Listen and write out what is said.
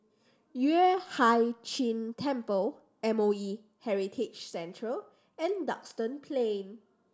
Yueh Hai Ching Temple M O E Heritage Centre and Duxton Plain